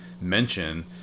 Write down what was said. mention